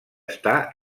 estar